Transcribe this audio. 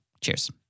Cheers